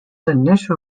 initial